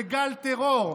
זה גל טרור,